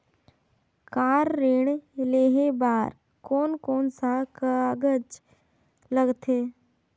Car ऋण लेहे बार कोन कोन सा कागज़ लगथे?